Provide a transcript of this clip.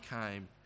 came